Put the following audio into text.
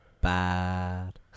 bad